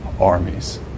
armies